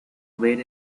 ver